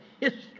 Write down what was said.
history